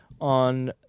On